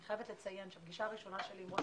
אני חייבת לציין שפגישה ראשונה שלי עם ראש